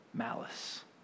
Malice